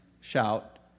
shout